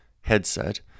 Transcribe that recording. headset